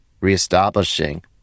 reestablishing